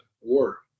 war